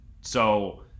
So-